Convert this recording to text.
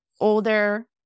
older